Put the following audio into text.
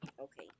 Okay